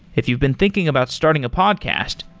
if you've been thinking about starting a podcast,